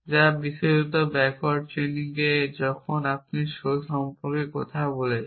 যা বিশেষত backward chaining এ যখন আপনি শো সম্পর্কে কথা বলছেন